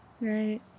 Right